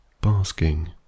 basking